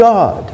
God